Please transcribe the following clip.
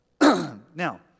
Now